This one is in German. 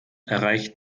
erreicht